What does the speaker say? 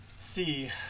See